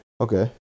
okay